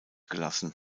gelassen